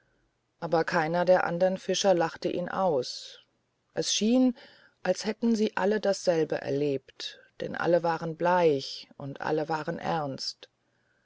aber keiner der andern fischer lachte ihn aus es schien als hätten sie alle dasselbe erlebt denn alle waren bleich und alle waren ernst